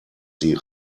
sie